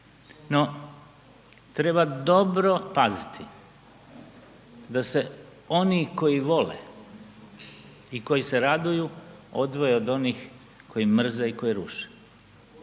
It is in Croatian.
No, treba dobro paziti da se oni koji vole i koji se raduju odvoje od onih koji mrze i koji ruše.